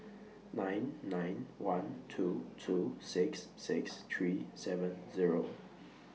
nine nine one two two six six three seven Zero